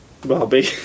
Barbie